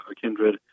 Kindred